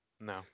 no